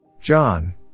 John